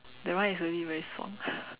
that one is really very fun